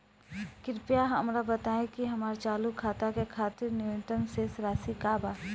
कृपया हमरा बताइ कि हमार चालू खाता के खातिर न्यूनतम शेष राशि का बा